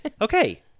okay